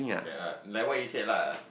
cannot like what you said lah